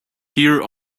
here